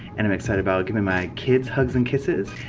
and i'm excited about giving my kids hugs and kisses.